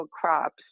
crops